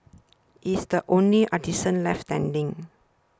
he is the only artisan left standing